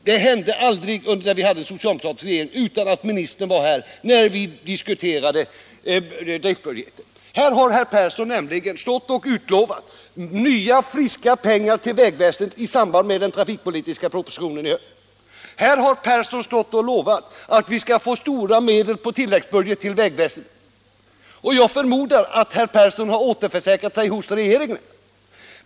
Det hände aldrig när vi hade en socialdemokratisk regering att ministern inte var här då vi diskuterade driftbudgeten. Här har herr Persson stått och utlovat nya friska pengar till vägväsendet i samband med den trafikpolitiska propositionen i höst. Här har herr Persson stått och lovat att vi skall få stora belopp på tilläggsbudget till vägväsendet. Jag förmodar att herr Persson har återförsäkrat sig hos regeringen.